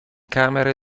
camere